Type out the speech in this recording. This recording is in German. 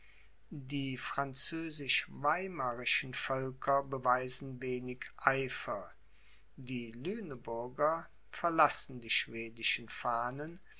die französisch weimarischen völker beweisen wenig eifer die lüneburger verlassen die schwedischen fahnen